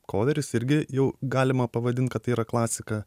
koveris irgi jau galima pavadint kad tai yra klasika